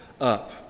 up